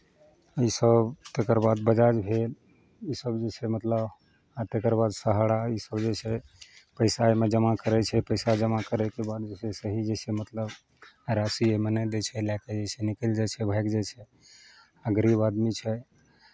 इसभ तकर बाद बजाज भेल इसभ जे छै मतलब आ तकर बाद सहारा इसभ जे छै पैसा एहिमे जमा करै छै पैसा जमा करयके बाद जइसे सही जे छै मतलब राशि नहि दै छै लए कऽ जे छै निकलइ जाइ छै भागि जाइ छै आ गरीब आदमी छै